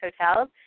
hotels